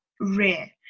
rare